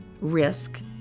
risk